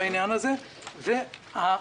ל-3.3%.